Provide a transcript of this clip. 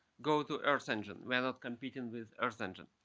go to earth engine. we're not competing with earth engine.